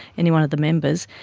any one of the members.